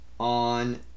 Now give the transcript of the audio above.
On